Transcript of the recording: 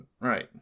right